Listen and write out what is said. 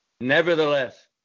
Nevertheless